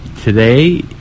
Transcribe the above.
Today